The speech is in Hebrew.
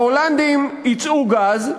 ההולנדים ייצאו גז,